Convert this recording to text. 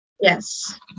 Yes